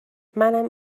منم